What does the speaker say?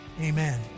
amen